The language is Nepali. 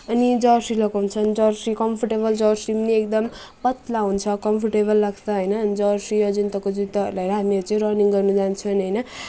अनि जर्सी लगाउँछौँ जर्सी कम्फोर्टेबल जर्सी पनि एकदम पत्ला हुन्छ कम्फोर्टेबल लाग्छ होइन जर्सी अजन्ताको जुत्ताहरू लगाएर हामीहरू चाहिँ रनिङ गर्न जान्छौँ अनि होइन